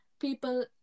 people